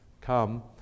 Come